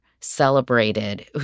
celebrated